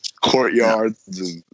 courtyards